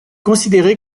considéré